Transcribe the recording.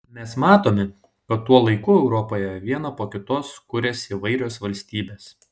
mes matome kad tuo laiku europoje viena po kitos kuriasi įvairios valstybės